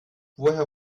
woher